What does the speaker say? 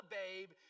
babe